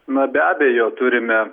na be abejo turime